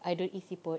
I don't eat siput